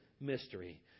mystery